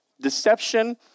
deception